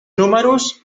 números